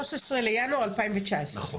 13 בינואר 2019. נכון.